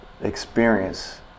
experience